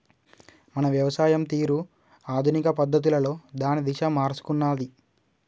మన వ్యవసాయం తీరు ఆధునిక పద్ధతులలో దాని దిశ మారుసుకున్నాది